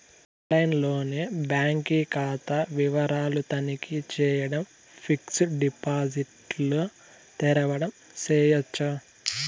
ఆన్లైన్లోనే బాంకీ కాతా వివరాలు తనఖీ చేయడం, ఫిక్సిడ్ డిపాజిట్ల తెరవడం చేయచ్చు